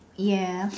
ya